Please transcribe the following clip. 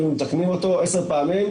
היינו מתקנים אותו 10 פעמים,